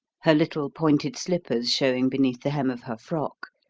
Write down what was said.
her little pointed slippers showing beneath the hem of her frock,